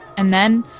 and then,